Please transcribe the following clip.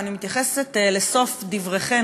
ואני מתייחסת לסוף דבריכן,